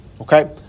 Okay